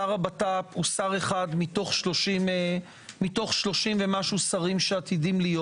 שר הבט"פ הוא שר אחד מתוך יותר מ-30 שרים שעתידים להיות